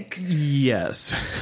Yes